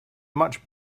much